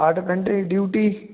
आठ घंटे ड्यूटी